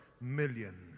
million